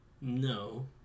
No